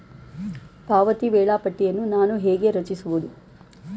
ಪಾವತಿ ವೇಳಾಪಟ್ಟಿಯನ್ನು ನಾನು ಹೇಗೆ ರಚಿಸುವುದು?